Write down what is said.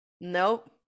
Nope